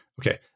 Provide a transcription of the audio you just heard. okay